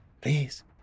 Please